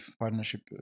partnership